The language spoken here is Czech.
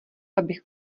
abych